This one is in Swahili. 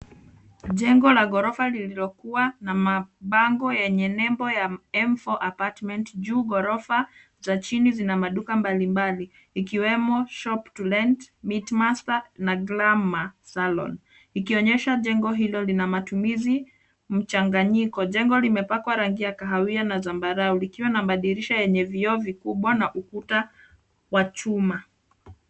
Jengo la ghorofa lililokuwa na mabango yenye nembo ya M4 Apartment juu ghorofa, za chini zina maduka mbalimbali ikiwemo shop to rent, meat master na Glamor Salon ikionyesha jengo hilo lina matumizi mchanganyiko. Jengo limepakwa rangi ya kahawia na zambarau likiwa na madirisha yenye vioo vikubwa na ukuta wa chuma.